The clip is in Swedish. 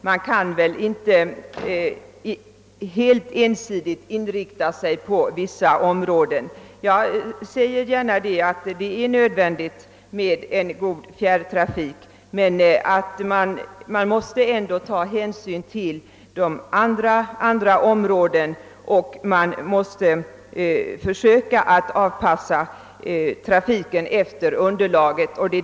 Man kan inte helt ensidigt inrikta sig på vissa områden. Jag medger gärna att det är nödvändigt med en god fjärrtrafik, men det måste också tas hänsyn till andra områden, och trafiken måste anpassas till underlaget.